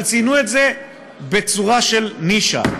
אבל ציינו את זה בצורה של נישה,